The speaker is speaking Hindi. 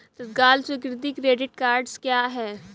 तत्काल स्वीकृति क्रेडिट कार्डस क्या हैं?